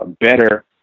better